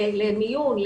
למיון,